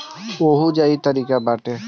ओहुजा इहे तारिका बाटे